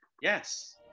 Yes